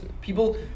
People